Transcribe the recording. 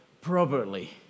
properly